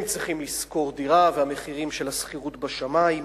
הם צריכים לשכור דירה, והמחירים של השכירות בשמים.